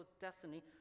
destiny